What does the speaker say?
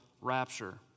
rapture